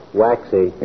waxy